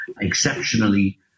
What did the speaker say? Exceptionally